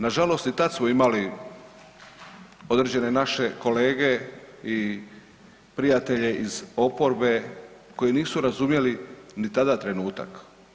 Nažalost i tad smo imali određene naše kolege i prijatelje iz oporbe koji nisu razumjeli ni tada trenutak.